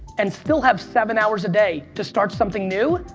and still have seven hours a day to start something new,